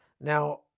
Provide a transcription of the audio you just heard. Now